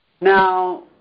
Now